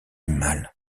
mal